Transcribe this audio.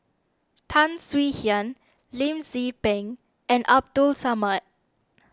Tan Swie Hian Lim Tze Peng and Abdul Samad